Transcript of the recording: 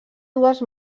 dues